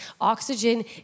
Oxygen